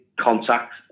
contact